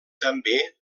també